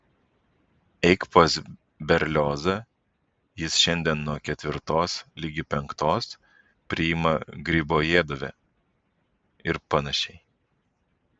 eik pas berliozą jis šiandien nuo ketvirtos ligi penktos priima gribojedove ir panašiai